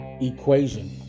equation